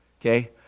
Okay